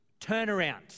turnaround